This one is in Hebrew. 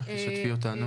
שתפי אותנו מה היה.